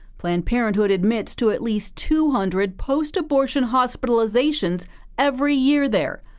planned parenthood admits to at least two hundred post-abortion hospitalizations every year there.